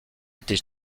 été